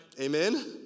Amen